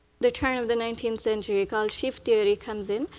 the turn of the nineteenth century, called shift theory, comes in.